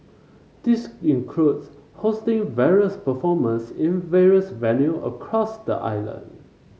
this includes hosting various performers in various venue across the island